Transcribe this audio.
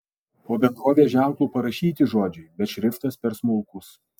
po bendrovės ženklu parašyti žodžiai bet šriftas per smulkus